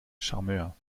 charmeur